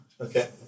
Okay